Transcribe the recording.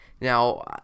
Now